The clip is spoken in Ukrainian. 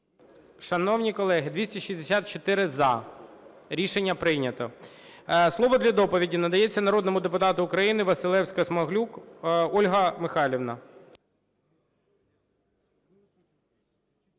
Шановні колеги, 264 – за. Рішення прийнято. Слово для доповіді надається народному депутату України, Василевська-Смаглюк Ольга Михайлівна.